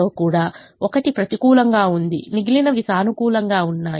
లో కూడా ఒకటి ప్రతికూలంగా ఉంది మిగిలినవి సానుకూలంగా ఉన్నాయి